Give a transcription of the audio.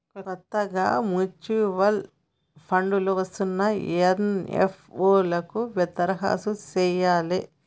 కొత్తగా mutual funds లో వస్తున్న ఎన్.ఎఫ్.ఓ లకు దరఖాస్తు చెయ్యాలే